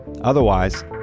Otherwise